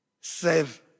save